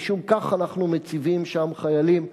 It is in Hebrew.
משום כך אנחנו מציבים שם חיילים.